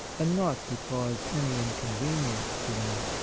and not to cause any incon venience to them